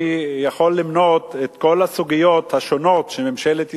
אני יכול למנות את כל הסוגיות השונות של ממשלת ישראל,